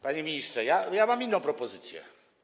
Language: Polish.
Panie ministrze, ja mam inną propozycję.